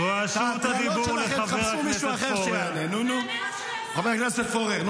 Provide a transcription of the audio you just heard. חברי הכנסת, רשות הדיבור, לחבר הכנסת פורר.